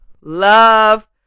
love